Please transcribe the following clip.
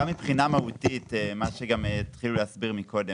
גם מבחינה מהותית - מה שהתחילו להסביר קודם